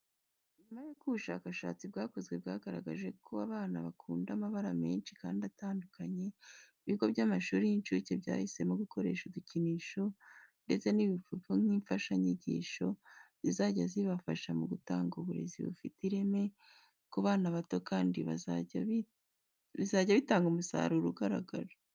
Nyuma yuko ubushakashatsi bwakozwe bwagaragaje ko abana bakunda amabara menshi kandi atandukanye, ibigo by'amashuri y'incuke byahisemo gukoresha udukinisho, ndetse n'ibipupe nk'imfashanyigisho zizajya zibafasha mu gutanga uburezi bufite ireme ku bana bato kandi bizajya bitanga umusaruro ugaragara.